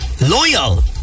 Loyal